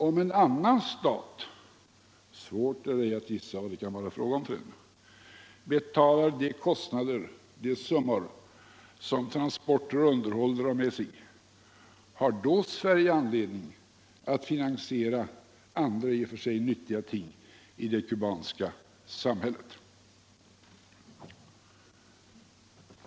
Om cn annan stat — svårt är det inte att gissa vad det kan vara fråga om för en — betalar de summor som transporter och underhåll drar med sig, har då Sverige anledning att finansiera andra i och för sig nyttiga ting i det kubanska samhället?